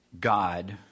God